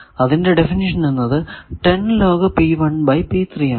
അതിന്റെ ഡെഫിനിഷൻ എന്നത് ആണ്